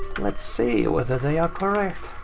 let's see whether they are correct.